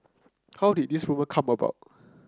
how did this rumour come about